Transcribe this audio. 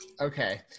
okay